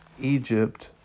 Egypt